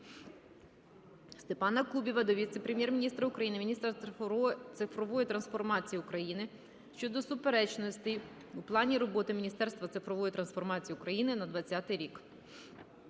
Степана Кубіва до віце-прем'єр-міністра – міністра цифрової трансформації України щодо суперечностей у плані роботи Міністерства цифрової трансформації України на 2020 рік.